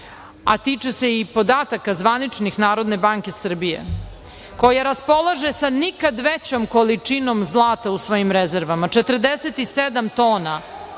a tiče se i podataka zvaničnih Narodne banke Srbije koja raspolaže sa nikada većom količinom zlata u svojim rezervama. Čak, 47 tona,